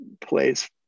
plays